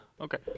Okay